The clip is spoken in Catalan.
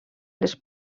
les